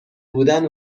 بودن